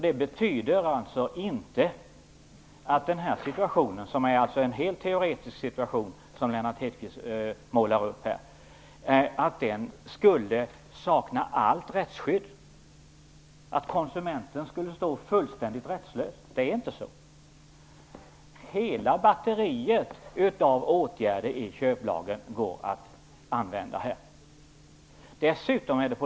Det betyder alltså inte att i den här situationen - en helt teoretisk situation som Lennart Hedquist målar upp - skulle allt rättsskydd saknas och konsumenten stå fullständigt rättslös. Det är inte så. Hela batteriet av åtgärder i köplagen går att använda här.